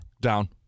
Down